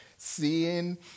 Seeing